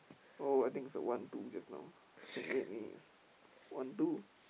oh I think is the one two just now twenty eight minutes one two